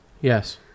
Yes